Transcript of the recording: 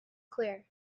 clear